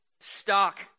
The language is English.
stock